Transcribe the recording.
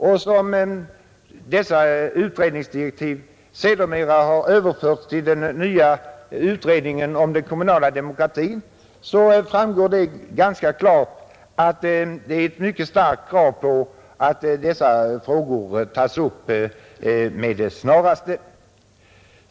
Då dessa utredningsdirektiv sedermera har överförts till den nya utredningen om den kommunala demokratin, framgår ganska klart att det är ett mycket starkt krav på att dessa frågor tas upp med det, snaraste.